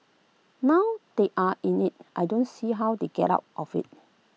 now they are in IT I don't see how they get out of IT